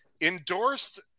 Endorsed